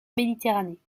méditerranée